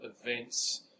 events